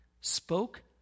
spoke